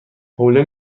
حوله